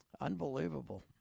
unbelievable